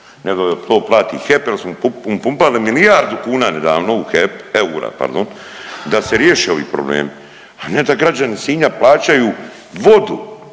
nego da to plati HEP jer smo upumpali milijardu kuna nedavno u HEP, eura, pardon, da se riješe ovi problemi, a ne da građani Sinja plaćaju vodu